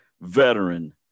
veteran